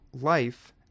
life